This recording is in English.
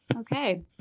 Okay